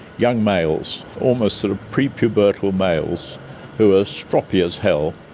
young males, almost sort of pre-pubertal males who are stroppy as hell,